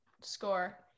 score